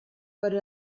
per